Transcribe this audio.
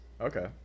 okay